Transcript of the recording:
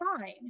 fine